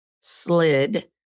slid